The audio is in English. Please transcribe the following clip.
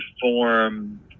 form